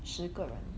十个人